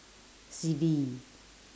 silly